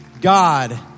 God